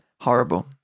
Horrible